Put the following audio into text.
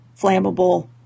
flammable